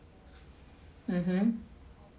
mmhmm